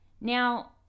Now